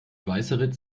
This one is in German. weißeritz